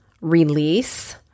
release